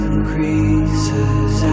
Increases